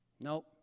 Nope